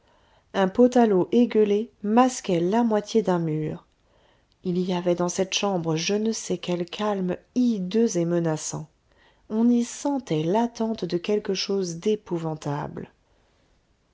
un pot à l'eau égueulé masquait la moitié d'un mur il y avait dans cette chambre je ne sais quel calme hideux et menaçant on y sentait l'attente de quelque chose d'épouvantable